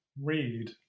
read